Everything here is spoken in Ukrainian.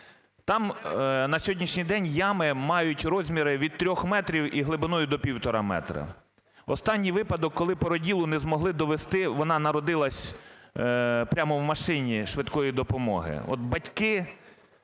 там на сьогоднішній день ями мають розміри від 3 метрів і глибиною до півтора метра. Останній випадок, коли породіллю не змогли довести, вона народила прямо в машині швидкої допомоги.